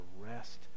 rest